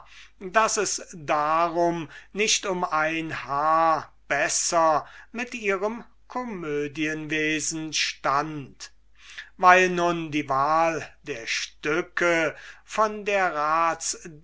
daß es darum nicht um ein haar besser mit ihrem komödienwesen stund gleichwohl war dies nicht mehr als wessen man sich zu abdera versehen haben wird weil nun die wahl der stücke von dieser